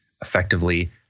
effectively